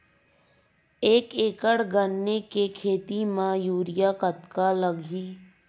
एक एकड़ गन्ने के खेती म यूरिया कतका लगही?